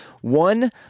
one